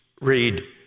Read